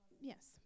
Yes